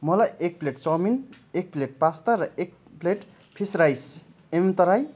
मलाई एक plate chowmein एक प्लेट पास्ता र एक प्लेट फिस राइस एमएम तराइ